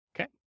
Okay